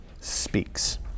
speaks